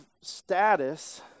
status